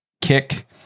kick